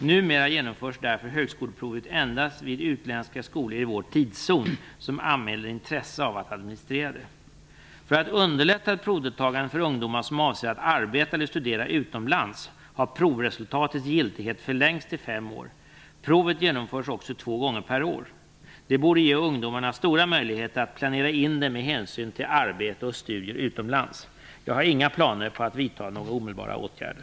Numera genomförs därför högskoleprovet endast vid de utländska skolor i vår tidszon som anmäler intresse av att administrera det. För att underlätta ett provdeltagande för ungdomar som avser att arbeta eller studera utomlands har provresultatets giltighet förlängts till fem år. Provet genomförs också två gånger per år. Detta borde ge ungdomarna stora möjligheter att planera in det med hänsyn till arbete och studier utomlands. Jag har inga planer på att vidta några omedelbara åtgärder.